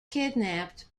kidnapped